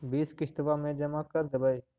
बिस किस्तवा मे जमा कर देवै?